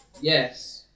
yes